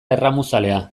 erramuzalea